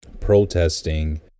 Protesting